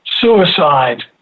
suicide